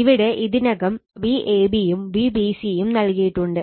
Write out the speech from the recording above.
ഇവിടെ ഇതിനകം Vab യും Vbc യും നൽകിയിട്ടുണ്ട്